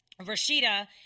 Rashida